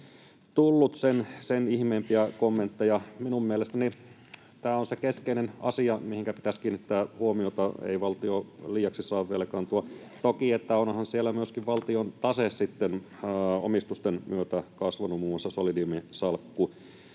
tullut sen ihmeempiä kommentteja. Minun mielestäni tämä on se keskeinen asia, mihinkä pitäisi kiinnittää huomiota — ei valtio liiaksi saa velkaantua. Toki onhan siellä myöskin valtion tase sitten omistusten myötä kasvanut, muun muassa Solidiumin salkku.